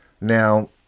Now